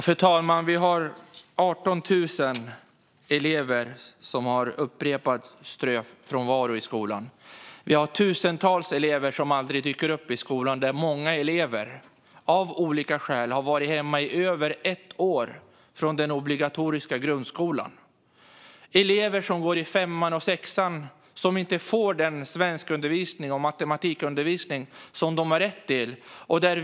Fru talman! Det är 18 000 elever som har upprepad ströfrånvaro i skolan. Det är tusentals elever som aldrig dyker upp i skolan. Många elever har, av olika skäl, varit hemma i över ett år från den obligatoriska grundskolan. Det finns elever som går i femman och sexan och inte får den svensk och matematikundervisning som de har rätt till.